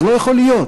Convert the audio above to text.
זה לא יכול להיות.